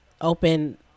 open